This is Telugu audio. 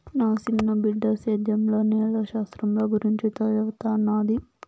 నా సిన్న బిడ్డ సేద్యంల నేల శాస్త్రంల గురించి చదవతన్నాది